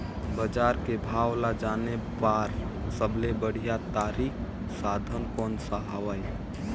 बजार के भाव ला जाने बार सबले बढ़िया तारिक साधन कोन सा हवय?